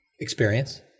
Experience